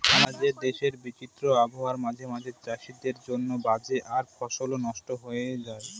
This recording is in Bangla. আমাদের দেশের বিচিত্র আবহাওয়া মাঝে মাঝে চাষীদের জন্য বাজে আর ফসলও নস্ট হয়ে যায়